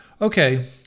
Okay